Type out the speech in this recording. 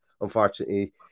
unfortunately